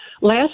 Last